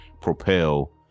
propel